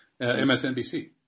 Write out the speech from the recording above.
MSNBC